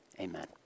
amen